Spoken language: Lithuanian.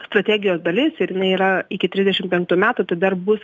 strategijos dalis ir jinai yra iki trisdešim penktų metų tai dar bus